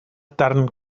darn